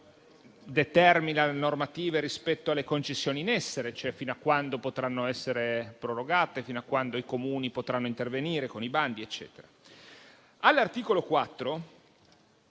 determina le normative rispetto alle concessioni in essere, cioè fino a quando potranno essere prorogate e fino a quando i Comuni potranno intervenire con i bandi. All'articolo 4